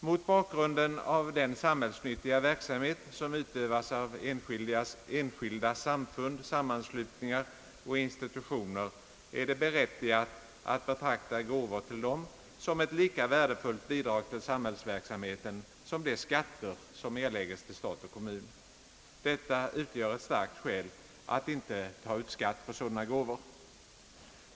Mot bakgrunden av den samhällsnyttiga verksamhet som utövas av enskilda samfund, sammanslutningar och institutioner är det berättigat att betrakta gåvor till dem som ett lika värdefullt bidrag till samhällsverksamheten som de skatter som erläggs till stat och kommun. Detta utgör ett starkt skäl för att inte ta ut skatt på sådana gåvor.